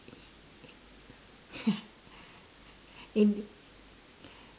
and